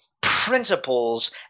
principles